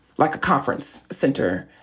like a conference center.